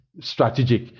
strategic